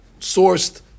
sourced